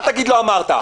אל תגיד לא אמרת.